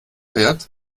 fährt